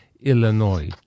Illinois